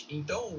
então